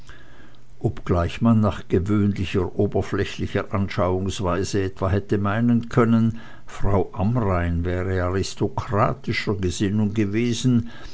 obgleich man nach gewöhnlicher oberflächlicher anschauungsweise etwa hätte meinen können frau amrain wäre aristokratischer gesinnung gewesen